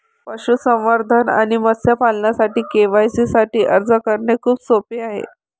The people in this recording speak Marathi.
पशुसंवर्धन आणि मत्स्य पालनासाठी के.सी.सी साठी अर्ज करणे खूप सोपे आहे